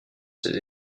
ses